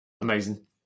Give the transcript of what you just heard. amazing